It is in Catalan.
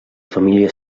família